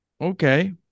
Okay